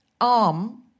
arm